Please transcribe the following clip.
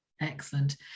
Excellent